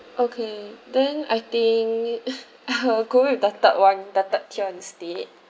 okay then I think I'll go with the third [one] the third tier instead